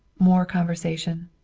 more conversation.